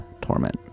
Torment